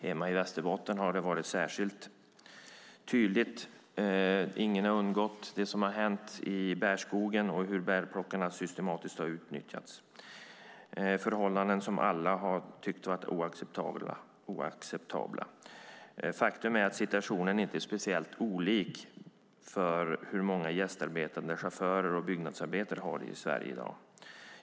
Hemma i Västerbotten har det varit särskilt tydligt. Ingen har undgått det som har hänt i bärskogen och hur bärplockarna systematiskt har utnyttjats. Alla har tyckt att förhållandena har varit oacceptabla. Faktum är att situationen för bärplockarna inte är speciellt olik situationen för många gästarbetande chaufförer och byggnadsarbetare i Sverige i dag.